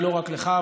ולא רק לך,